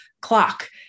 clock